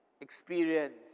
experience